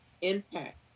impact